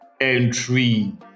entry